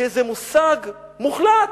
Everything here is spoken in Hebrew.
כאיזה מושג מוחלט.